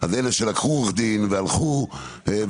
אז אלה שלקחו עורך דין והלכו ותבעו,